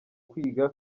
kwiga